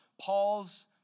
Paul's